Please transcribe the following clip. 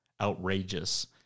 outrageous